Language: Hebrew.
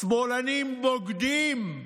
"שמאלנים בוגדים"